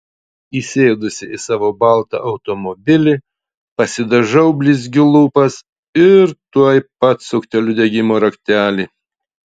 įsėdusi į savo baltą automobilį pasidažau blizgiu lūpas ir tuoj pat sukteliu degimo raktelį